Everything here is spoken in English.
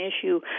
issue